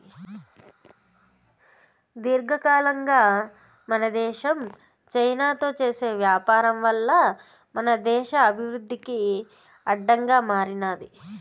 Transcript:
దీర్ఘకాలంగా మన దేశం చైనాతో చేసే వ్యాపారం వల్ల మన దేశ అభివృద్ధికి అడ్డంగా మారినాది